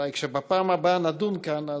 אולי כשבפעם הבאה נדון כאן,